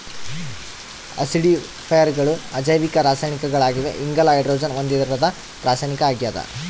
ಆಸಿಡಿಫೈಯರ್ಗಳು ಅಜೈವಿಕ ರಾಸಾಯನಿಕಗಳಾಗಿವೆ ಇಂಗಾಲ ಹೈಡ್ರೋಜನ್ ಹೊಂದಿರದ ರಾಸಾಯನಿಕ ಆಗ್ಯದ